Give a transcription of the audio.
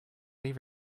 leave